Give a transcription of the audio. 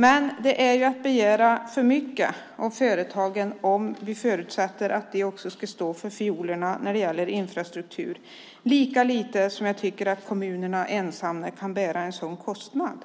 Men det är att begära för mycket av företagen att förutsätta att de ska stå för fiolerna när det gäller infrastrukturen. Inte heller kommunerna kan ensamma bära en sådan kostnad.